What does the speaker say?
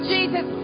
Jesus